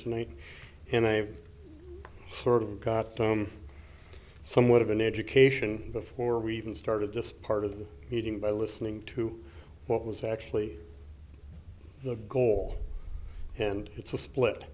tonight and i sort of got somewhat of an education before we even started this part of the meeting by listening to what was actually the goal and it's a split